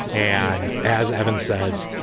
and as i haven't says,